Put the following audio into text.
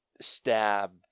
stab